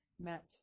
Met